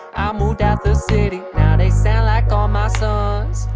moved out the city now they sound like all my sons.